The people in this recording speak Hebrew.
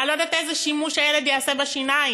אני לא יודעת איזה שימוש הילד יעשה בשיניים